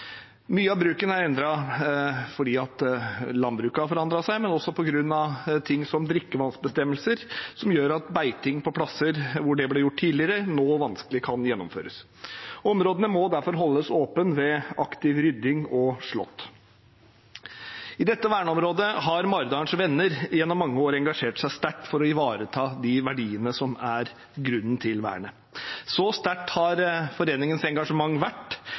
Mye av bruken er endret fordi landbruket har forandret seg, men også på grunn av f.eks. drikkevannsbestemmelser, som gjør at beiting på plasser hvor det ble gjort tidligere, nå vanskelig kan gjennomføres. Områdene må derfor holdes åpne ved aktiv rydding og slått. I dette verneområdet har Maridalens Venner gjennom mange år engasjert seg sterkt for å ivareta de verdiene som er grunnen til vernet. Så sterkt har foreningens engasjement vært